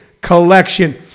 collection